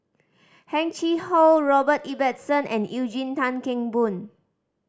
Heng Chee How Robert Ibbetson and Eugene Tan Kheng Boon